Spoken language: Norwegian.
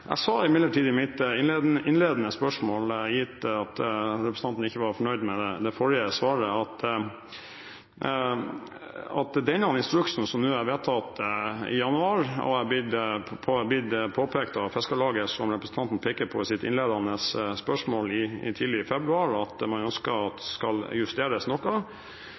mitt innledende svar, gitt at representanten ikke var fornøyd med det forrige svaret, at denne instruksen som ble vedtatt nå i januar, og er blitt påpekt av Fiskarlaget – som representanten peker på i et spørsmål tidlig i februar, at man ønsker at skal justeres noe